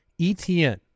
ETN